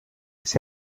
his